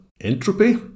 entropy